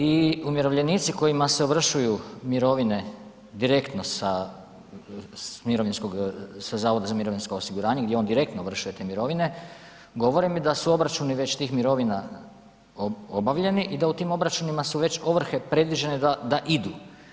I umirovljenici kojima se ovršuju mirovine direktno sa s mirovinskog, za Zavoda za mirovinsko osiguranje gdje oni direktno ovršuje te mirovine, govore mi da su obračuni već tih mirovina obavljeni i da u tim obračunima su već ovrhe predviđene da idu.